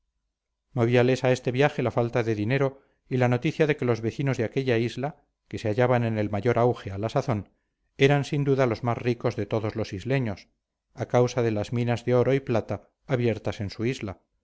movíales a este viaje la falta de dinero y la noticia de que los vecinos de aquella isla que se hallaba en el mayor auge a la sazón eran sin duda los más ricos de todos los isleños a causa de las minas de oro y plata abiertas en su isla